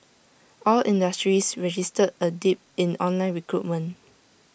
all industries registered A dip in online recruitment